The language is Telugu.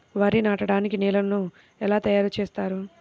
వరి నాటడానికి నేలను ఎలా తయారు చేస్తారు?